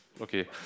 Okay